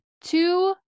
two